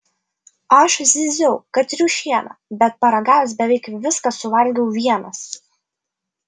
aš zyziau kad triušiena bet paragavęs beveik viską suvalgiau vienas